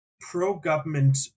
Pro-government